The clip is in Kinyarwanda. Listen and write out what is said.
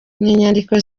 inyandiko